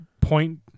point